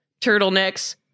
turtlenecks